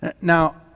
Now